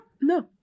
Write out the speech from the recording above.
No